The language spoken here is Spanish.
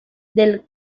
del